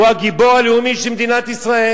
הוא הגיבור הלאומי של מדינת ישראל.